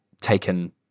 taken